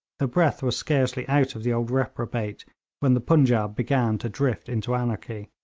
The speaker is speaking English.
the breath was scarcely out of the old reprobate when the punjaub began to drift into anarchy.